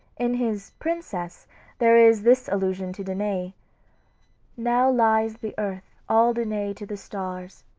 in his princess there is this allusion to danae now lies the earth all danae to the stars,